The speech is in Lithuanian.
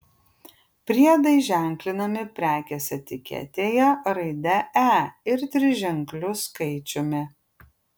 priedai ženklinami prekės etiketėje raidė e ir triženkliu skaičiumi